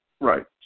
Right